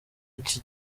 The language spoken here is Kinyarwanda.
iki